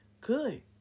good